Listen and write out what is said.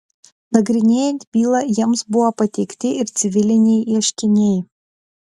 nagrinėjant bylą jiems buvo pateikti ir civiliniai ieškiniai